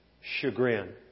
chagrin